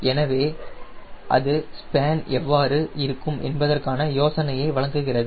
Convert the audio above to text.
எனவே அது ஸ்பேன் எவ்வாறு இருக்கும் என்பதற்கான யோசனைகளை வழங்குகிறது